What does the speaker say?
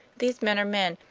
these men are men,